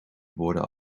borden